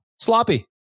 Sloppy